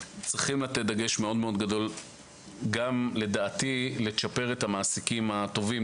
צריכים לתת דגש מאוד מאוד גדול בלצ'פר את המעסיקים הטובים,